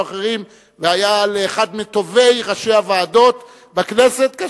ואחרים והוא היה לאחד מטובי ראשי הוועדות בכנסת,